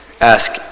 ask